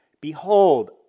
Behold